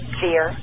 fear